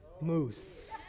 Moose